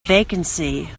vacancy